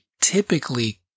typically